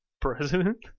president